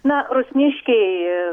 na rusniškiai